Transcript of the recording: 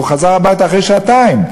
והוא חזר הביתה אחרי שעתיים,